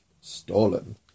stolen